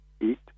eat